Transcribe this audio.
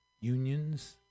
unions